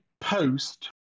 post